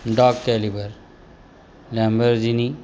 dodge caliber Lamborghini